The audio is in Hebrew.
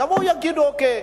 שיבואו ויגידו: אוקיי,